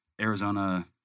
Arizona